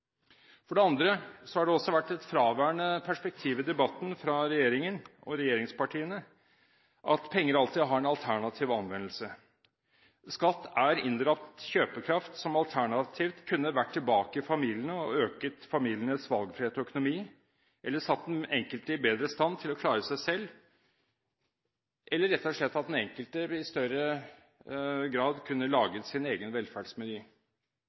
For det andre har det også vært et fraværende perspektiv i debatten, fra regjeringen og regjeringspartiene, at penger alltid har en alternativ anvendelse. Skatt er inndratt kjøpekraft som alternativt kunne vært tilbake i familiene og øket familienes valgfrihet i økonomi, eller satt den enkelte i bedre stand til å klare seg selv – eller rett og slett at den enkelte i større grad kunne laget sin egen